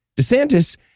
DeSantis